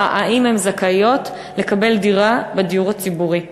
אם הן זכאיות לקבל דירה בדיור הציבורי.